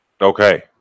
Okay